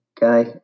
guy